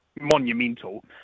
monumental